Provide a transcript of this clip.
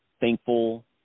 thankful